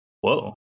Whoa